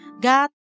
God